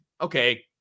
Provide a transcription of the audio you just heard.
Okay